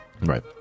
Right